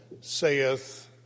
saith